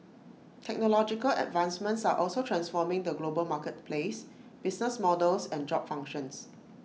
technological advancements are also transforming the global marketplace business models and job functions